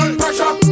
pressure